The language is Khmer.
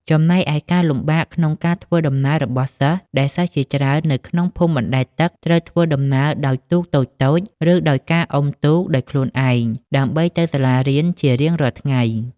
ចំណែកឯការលំបាកក្នុងការធ្វើដំណើររបស់សិស្ស ដែលសិស្សជាច្រើននៅក្នុងភូមិបណ្តែតទឹកត្រូវធ្វើដំណើរដោយទូកតូចៗ ឬដោយការអុំទូកដោយខ្លួនឯងដើម្បីទៅសាលារៀនជារៀងរាល់ថ្ងៃ។